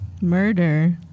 Murder